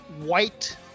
white